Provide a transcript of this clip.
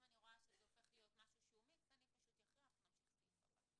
אם זה יהיה משהו שהוא מיקס אני אכריע ונמשיך לסעיף הבא.